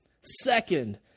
Second